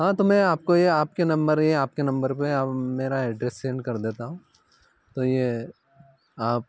हाँ तो मैं आपको ये आपके नम्बर ये आपके नम्बर पर आप मेरा एड्रैस सेन्ड कर देता हूँ तो ये आप